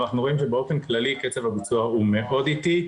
אבל אנחנו רואים שבאופן כללי קצב הביצוע מאוד איטי.